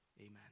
Amen